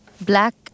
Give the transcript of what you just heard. Black